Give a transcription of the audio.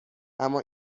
اما